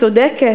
הצודקת,